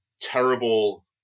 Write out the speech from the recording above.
terrible